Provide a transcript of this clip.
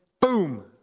boom